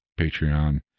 Patreon